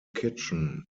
kitchen